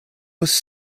was